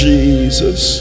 Jesus